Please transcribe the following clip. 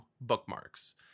bookmarks